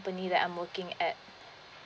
company that I am working at